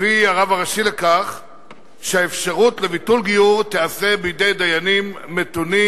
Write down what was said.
הביא הרב הראשי לכך שהאפשרות לביטול גיור תיעשה בידי דיינים מתונים,